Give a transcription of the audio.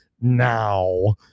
now